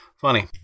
Funny